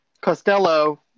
Costello